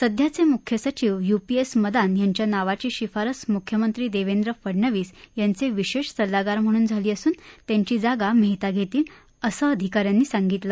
सध्याचे मुख्य सचीव यू पी एस मदान यांच्या नावाची शिफारस मुख्यमंत्री देवेंद्र फडणवीस यांचे विशेष सल्लागार म्हणून झाली असून त्यांची जागा मेहता घेतील असं या अधिका यानं सांगितलं